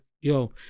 yo